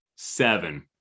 Seven